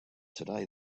today